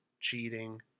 cheating